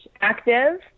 active